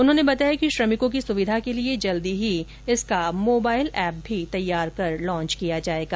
उन्होंने बताया कि श्रमिकों की सुविधा के लिए जल्दी ही इसका मोबाइल एप भी तैयार कर लॉन्च किया जाएगा